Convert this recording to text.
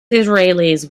israelis